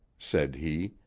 said he,